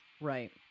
Right